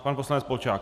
Pan poslanec Polčák.